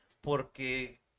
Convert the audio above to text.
porque